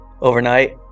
overnight